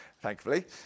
thankfully